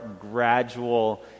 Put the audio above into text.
gradual